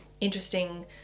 interesting